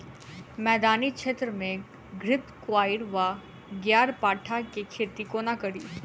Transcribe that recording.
मैदानी क्षेत्र मे घृतक्वाइर वा ग्यारपाठा केँ खेती कोना कड़ी?